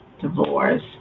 divorce